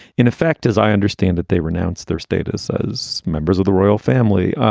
in effect, as i understand it, they renounce their status as members of the royal family.